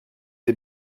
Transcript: des